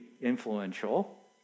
influential